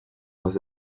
was